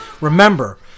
Remember